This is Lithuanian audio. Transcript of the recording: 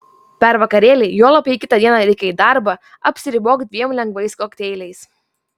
per vakarėlį juolab jei kitą dieną reikia į darbą apsiribok dviem lengvais kokteiliais